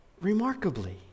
remarkably